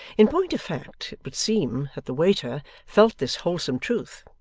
in point of fact, it would seem that the waiter felt this wholesome truth,